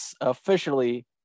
officially